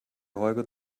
holger